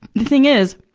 the thing is,